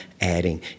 adding